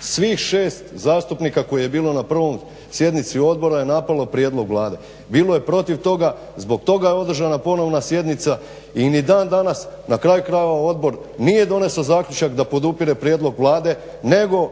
Svih 6 zastupnika koji je bilo na prvoj sjednici odbora je napalo prijedlog Vlade. Bilo je protiv toga, zbog toga je održana ponovna sjednica. I ni dan danas, na kraju krajeva odbor nije donesao zaključak da podupire prijedlog Vlade nego